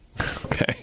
Okay